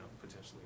potentially